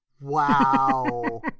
Wow